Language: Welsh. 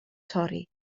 torri